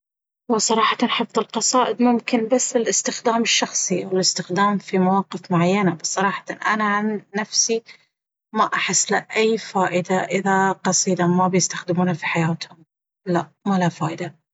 هو صراحة حتى القصائد ممكن بس للاستخدام الشخصي والاستخدام في مواقف معينة، صراحة أنا عن نفسي ما أحس له أي فائدة إذا قصيدة ما بيستخدمونها في حياتهم. لا مالها فائدة.